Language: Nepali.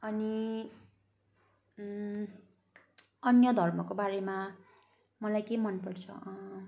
अनि अन्य धर्मको बारेमा मलाई के मनपर्छ